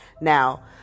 Now